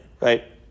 right